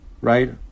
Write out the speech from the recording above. right